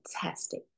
fantastic